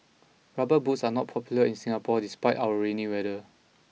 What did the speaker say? rubber boots are not popular in Singapore despite our rainy weather